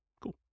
Cool